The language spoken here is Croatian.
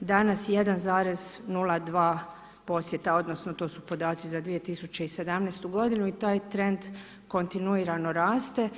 danas 1,02 posjeta odnosno to su podaci za 2017. godinu i taj trend kontinuirano raste.